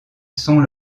sont